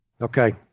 Okay